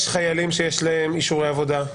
יש חיילים שיש להם אישורי עבודה.